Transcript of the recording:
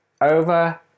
Over